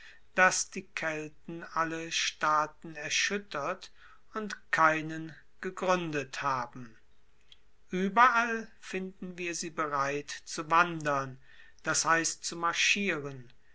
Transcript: dass die kelten alle staaten erschuettert und keinen gegruendet haben ueberall finden wir sie bereit zu wandern das heisst zu marschieren